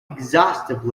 exhaustive